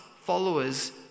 followers